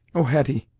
oh! hetty,